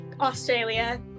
Australia